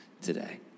today